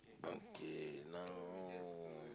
okay now